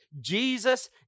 Jesus